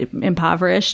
impoverished